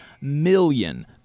million